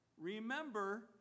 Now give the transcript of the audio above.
remember